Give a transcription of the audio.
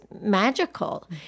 magical